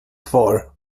kvar